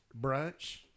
Brunch